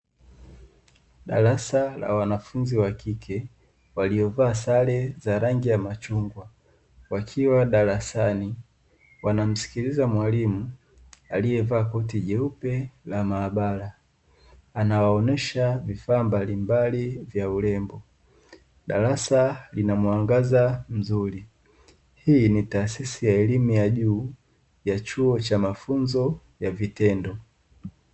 Darasa la wanafunzi wa kike waliovaa sare za rangi ya machungwa, wakiwa darasani, wanamsikiliza mwalimu aliyevaa koti jeupe la maabara, anawaonyesha vifaa mbalimbali vya urembo, darasa lina mwangaza mzuri. Hii ni tasisi ya elimu ya juu ya chuo cha mafunzo ya vitendo.